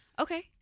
Okay